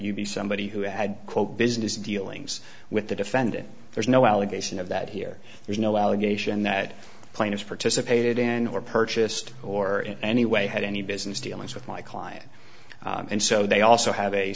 you be somebody who had quote business dealings with the defendant there's no allegation of that here there's no allegation that plaintiff participated in or purchased or in any way had any business dealings with my client and so they also have a